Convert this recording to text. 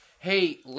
hey